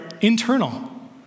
internal